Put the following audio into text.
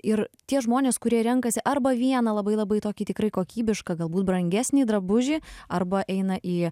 ir tie žmonės kurie renkasi arba vieną labai labai tokį tikrai kokybišką galbūt brangesnį drabužį arba eina į